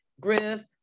Griff